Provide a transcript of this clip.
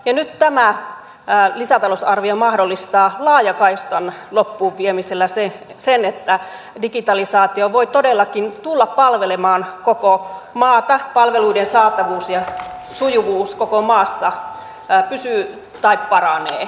nyt tämä lisätalousarvio mahdollistaa laajakaistan loppuun viemisellä sen että digitalisaatio voi todellakin tulla palvelemaan koko maata palveluiden saatavuus ja sujuvuus koko maassa pysyy tai paranee